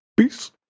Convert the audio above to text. Peace